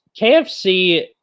KFC